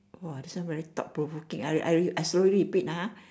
!wah! this one very thought provoking I I slowly repeat ah